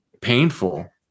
painful